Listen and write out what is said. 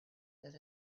that